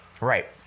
Right